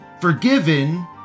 forgiven